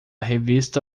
revista